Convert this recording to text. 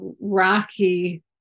rocky